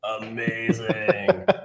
Amazing